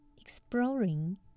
Exploring